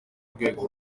urwego